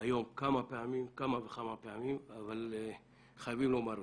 היום כמה וכמה פעמים אבל חייבים לומר אותם.